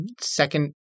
second